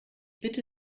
bitte